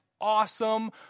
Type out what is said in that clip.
awesome